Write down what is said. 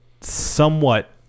somewhat